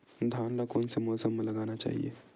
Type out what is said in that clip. धान ल कोन से मौसम म लगाना चहिए?